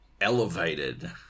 elevated